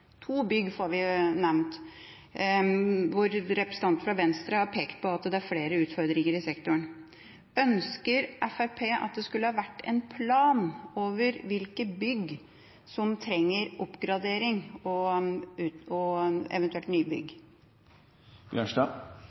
to bygg blir nevnt – men representanten fra Venstre har pekt på at det er flere utfordringer i sektoren. Ønsker Fremskrittspartiet at det skulle ha vært en plan over hvilke bygg som trenger oppgradering, og eventuelt nybygg?